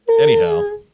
Anyhow